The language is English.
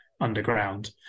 underground